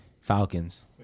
Falcons